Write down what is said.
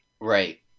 right